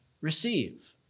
receive